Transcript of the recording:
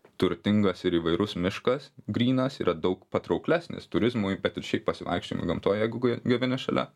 turtingas ir įvairus miškas grynas yra daug patrauklesnis turizmui bet ir šiaip pasivaikščiojimui gamtoj jeigu g gyveni šalia